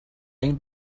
این